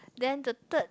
then the third